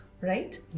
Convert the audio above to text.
Right